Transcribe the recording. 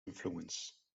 influence